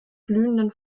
blühenden